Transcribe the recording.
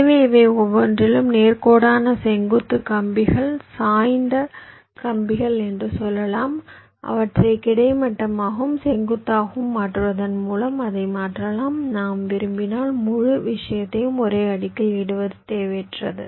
எனவே இவை ஒவ்வொன்றிலும் நேர்கோடான செங்குத்து கம்பிகள் சாய்ந்த கம்பிகள் என்று சொல்லலாம் அவற்றை கிடைமட்டமாகவும் செங்குத்தாகவும் மாற்றுவதன் மூலம் அதை மாற்றலாம் நாம் விரும்பினால் முழு விஷயத்தையும் ஒரே அடுக்கில் இடுவது தேவையற்றது